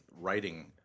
writing